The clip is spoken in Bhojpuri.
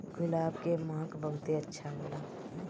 गुलाब के महक बहुते अच्छा होला